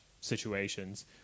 situations